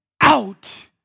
out